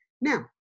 Now